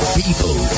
people